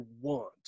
want